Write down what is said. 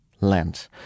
land